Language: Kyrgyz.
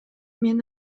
мен